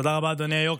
תודה רבה, אדוני היו"ר.